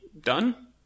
done